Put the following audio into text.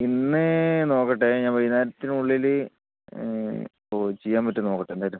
ഇന്ന് നോക്കട്ടെ ഞാൻ വൈകുന്നേരത്തിനുള്ളിൽ ഓ ചെയ്യാൻ പറ്റുമോയെന്ന് നോക്കട്ടെ എന്തായാലും